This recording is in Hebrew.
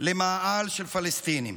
למאהל של פלסטינים,